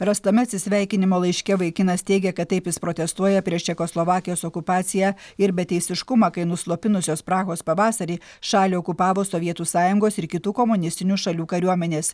rastame atsisveikinimo laiške vaikinas teigė kad taip jis protestuoja prieš čekoslovakijos okupaciją ir beteisiškumą kai nuslopinusios prahos pavasarį šalį okupavo sovietų sąjungos ir kitų komunistinių šalių kariuomenės